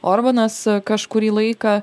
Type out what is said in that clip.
orbanas kažkurį laiką